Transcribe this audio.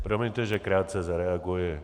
Promiňte, že krátce zareaguji.